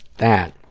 that